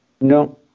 No